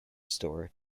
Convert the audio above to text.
store